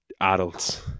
adults